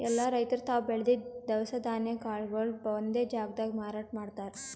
ಎಲ್ಲಾ ರೈತರ್ ತಾವ್ ಬೆಳದಿದ್ದ್ ದವಸ ಧಾನ್ಯ ಕಾಳ್ಗೊಳು ಒಂದೇ ಜಾಗ್ದಾಗ್ ಮಾರಾಟ್ ಮಾಡ್ತಾರ್